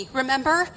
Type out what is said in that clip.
remember